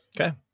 okay